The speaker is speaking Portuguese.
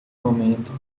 momento